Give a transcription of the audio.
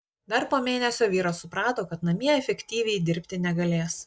dar po mėnesio vyras suprato kad namie efektyviai dirbti negalės